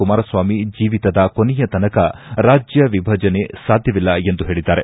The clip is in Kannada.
ಕುಮಾರಸ್ವಾಮಿ ಜೀವಿತದ ಕೊನೆಯತನಕ ರಾಜ್ಯ ವಿಭಜನೆ ಸಾಧ್ಯವಿಲ್ಲ ಎಂದು ಹೇಳದ್ದಾರೆ